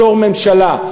בתור ממשלה,